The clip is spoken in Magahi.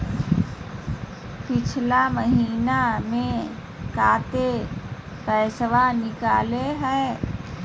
पिछला महिना मे कते पैसबा निकले हैं?